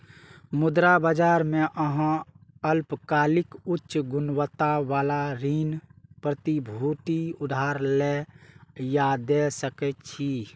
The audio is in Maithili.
मुद्रा बाजार मे अहां अल्पकालिक, उच्च गुणवत्ता बला ऋण प्रतिभूति उधार लए या दै सकै छी